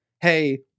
hey